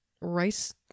rice